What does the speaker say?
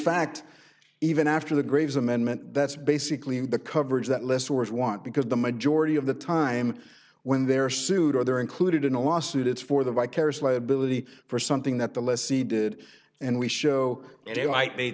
fact even after the graves amendment that's basically in the coverage that less words want because the majority of the time when they're sued or they're included in a lawsuit it's for the vicarious liability for something that the lessee did and we show